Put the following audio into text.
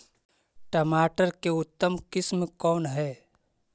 टमाटर के उतम किस्म कौन है?